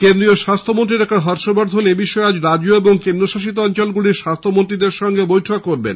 কেন্দ্রীয় স্বাস্থ্যমন্ত্রী ডঃ হর্ষবর্ধন এবিষয়ে আজ রাজ্য ও কেন্দ্রশাসিত অঞ্চলগুলির স্বাস্থ্যমন্ত্রীদের সঙ্গে বৈঠক করবেন